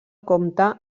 compta